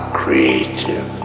creative